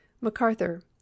MacArthur